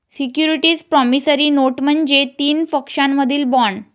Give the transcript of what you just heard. securities promissory note म्हणजे तीन पक्षांमधील बॉण्ड